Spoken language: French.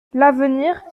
l’avenir